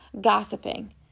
gossiping